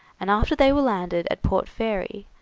and after they were landed at port fairy,